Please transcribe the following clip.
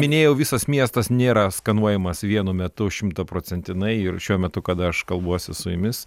minėjau visas miestas nėra skanuojamas vienu metu šimtaprocentinai ir šiuo metu kada aš kalbuosi su jumis